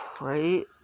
right